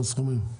מה הסכומים?